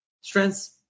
Strengths